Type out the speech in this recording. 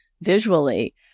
visually